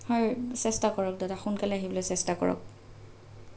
হয় চেষ্টা কৰক দাদা সোনকালে আহিবলৈ চেষ্টা কৰক